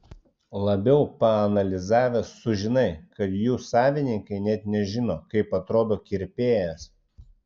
labiau paanalizavęs sužinai kad jų savininkai net nežino kaip atrodo kirpėjas